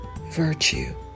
virtue